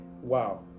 Wow